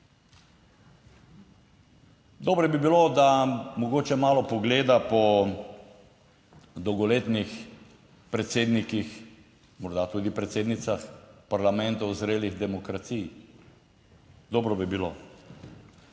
Dobro bi bilo, da mogoče malo pogleda po dolgoletnih predsednikih, morda tudi predsednicah parlamentov zrelih demokracij. Dobro bi bilo.